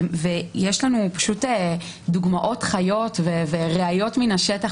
יש לנו פשוט דוגמאות חיות וראיות מן השטח,